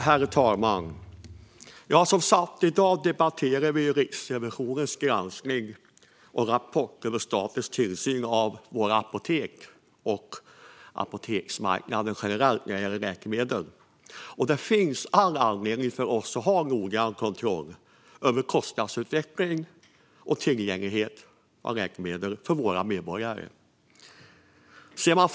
Herr talman! I dag debatterar vi som sagt Riksrevisionens granskning och rapport över statens tillsyn av våra apotek och av apoteksmarknaden generellt när det gäller läkemedel. Det finns all anledning för oss att ha noggrann kontroll över kostnadsutveckling och tillgänglighet till läkemedel för våra medborgare. Herr talman!